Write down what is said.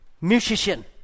musician